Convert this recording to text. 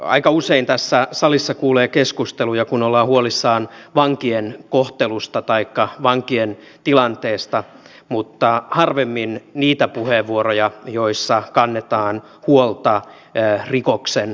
aika usein tässä salissa kuulee keskusteluja kun ollaan huolissaan vankien kohtelusta taikka vankien tilanteesta mutta harvemmin niitä puheenvuoroja joissa kannetaan huolta rikoksen uhreista